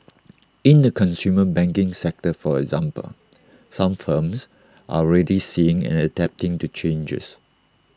in the consumer banking sector for example some firms are already seeing and adapting to changes